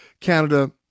Canada